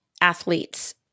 athlete's